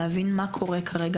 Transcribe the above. להבין מה קורה כרגע,